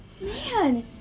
Man